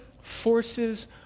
forces